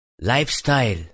lifestyle